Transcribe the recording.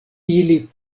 ili